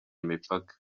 imipaka